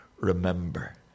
Remember